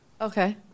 Okay